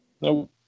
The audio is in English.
No